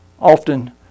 often